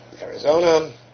Arizona